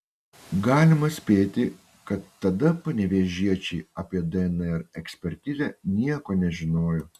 galima spėti kad tada panevėžiečiai apie dnr ekspertizę nieko nežinojo